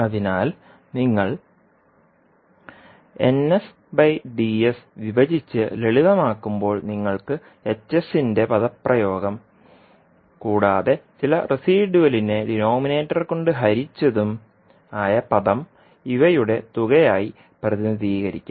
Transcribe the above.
അതിനാൽ നിങ്ങൾ വിഭജിച്ച് ലളിതമാക്കുമ്പോൾ നിങ്ങൾക്ക് ന്റെ പദപ്രയോഗം കൂടാതെ ചില റെസിഡ്യുലിനെ ഡിനോമിനേറ്റർ കൊണ്ട് ഹരിച്ചതും ആയ പദം ഇവയുടെ തുകയായി പ്രതിനിധീകരിക്കാം